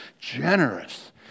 Generous